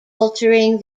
altering